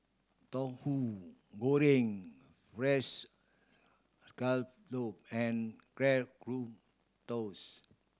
Tauhu Goreng Fried Scallop and